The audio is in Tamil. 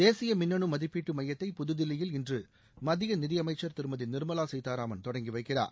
தேசிய மின்னு மதிப்பீட்டு மையத்தை புதுதில்லியில் இன்று மத்திய நிதியமைச்சர் திருமதி நிர்மலா சீதாராமன் தொடங்கி வைக்கிறார்